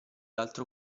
altro